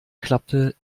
klappte